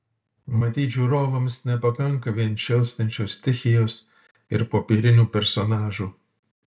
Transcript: matyt žiūrovams nepakanka vien šėlstančios stichijos ir popierinių personažų